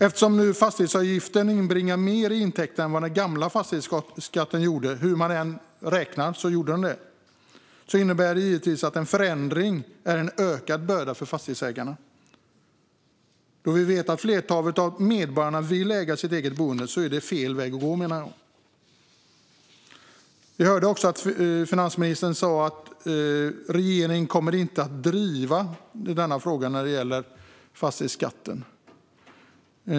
Eftersom fastighetsavgiften nu inbringar mer intäkter än den gamla fastighetsskatten gjorde - hur man än räknar är det så - innebär det givetvis att en förändring är en ökad börda för fastighetsägarna. Då vi vet att flertalet av medborgarna vill äga sitt eget boende menar jag att det är fel väg att gå. Vi hörde finansministern säga att regeringen inte kommer att driva frågan om fastighetsskatten.